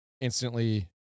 instantly